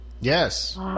yes